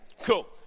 Cool